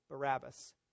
Barabbas